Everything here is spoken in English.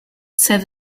said